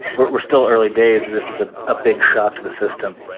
we're still early days. and this is a ah big shock to the system.